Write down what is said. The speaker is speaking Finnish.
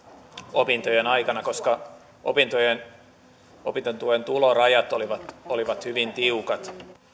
opintojen aikana koska opintotuen tulorajat olivat olivat hyvin tiukat